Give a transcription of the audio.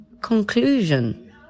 conclusion